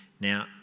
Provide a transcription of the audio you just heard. Now